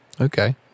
Okay